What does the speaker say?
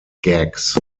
gags